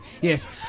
Yes